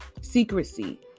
secrecy